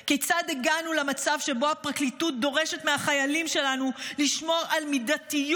כיצד הגענו למצב שבו הפרקליטות דורשת מהחיילים שלנו לשמור על מידתיות